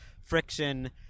friction